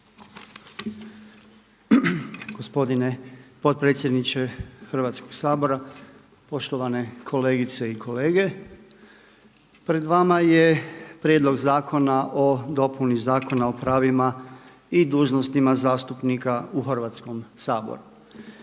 Gospodine potpredsjedniče Hrvatskog sabora, poštovane kolegice i kolege. Pred vama je prijedlog zakona o dopuni Zakona o pravima i dužnostima zastupnika u Hrvatskom saboru.